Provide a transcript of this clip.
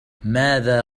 ماذا